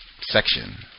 section